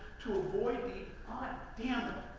to avoid the ah, damn